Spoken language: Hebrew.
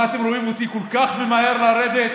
מה, אתם רואים אותי כל כך ממהר לרדת?